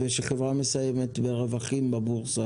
ולמרות זאת חברה מסיימת עם רווחים בבורסה?